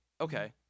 Okay